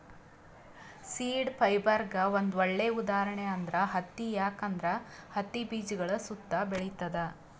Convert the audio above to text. seed ಫೈಬರ್ಗ್ ಒಂದ್ ಒಳ್ಳೆ ಉದಾಹರಣೆ ಅಂದ್ರ ಹತ್ತಿ ಯಾಕಂದ್ರ ಹತ್ತಿ ಬೀಜಗಳ್ ಸುತ್ತಾ ಬೆಳಿತದ್